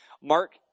Mark